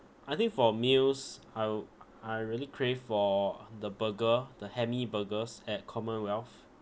I think for meals I'll I really crave for the burger the Hammee burgers at commonwealth